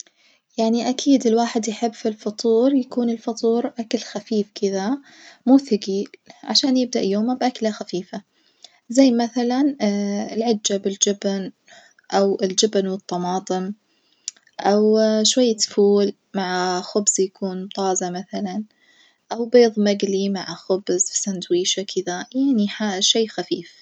يعني أكيد الواحد يحب في الفطور الفطور يكون أكل خفيف كذا مو ثجيل، عشان يبدأ يومه بأكلة خفيفة زي مثلًا العجة بالجبن، أو الجبن والطماطم أو شوية فول مع خبز يكون طازة مثلًا أو بيظ مجلي مع خبز في سندويشة كدة، يعني ح شي خفيف.